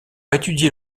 étudier